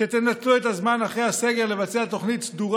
שתנצלו את הזמן אחרי הסגר לבצע תוכנית סדורה